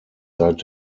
seit